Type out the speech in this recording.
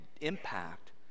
impact